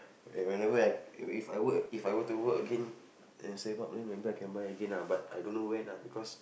whenever I if if I work at if I were to work again and save up then maybe I can buy again lah but I don't know when ah because